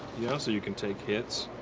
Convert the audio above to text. yeah so you can take hits.